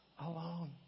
alone